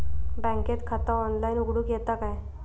बँकेत खाता ऑनलाइन उघडूक येता काय?